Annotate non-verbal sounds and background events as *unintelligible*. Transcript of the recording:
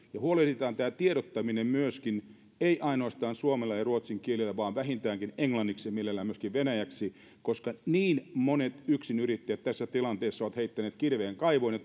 huolehditaan tämä tiedottaminen myöskin ei ainoastaan suomen ja ruotsin kielellä vaan vähintäänkin englanniksi mielellään myöskin venäjäksi koska niin monet yksinyrittäjät tässä tilanteessa ovat heittäneet kirveen kaivoon ja *unintelligible*